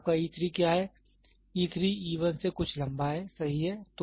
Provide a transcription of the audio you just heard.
आपका e3 क्या है e 3 e 1 से कुछ लंबा है सही है